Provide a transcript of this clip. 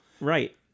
Right